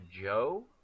Joe